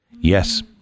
Yes